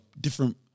different